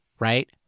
Right